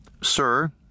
Sir